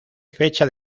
fecha